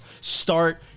Start